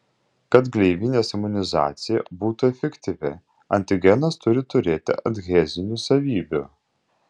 kad gleivinės imunizacija būtų efektyvi antigenas turi turėti adhezinių savybių